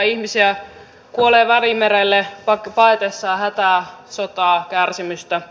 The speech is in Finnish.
ihmisiä kuolee välimerelle paetessaan hätää sotaa kärsimystä